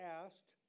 asked